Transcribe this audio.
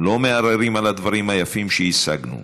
הם לא מערערים על הדברים היפים שהשגנו,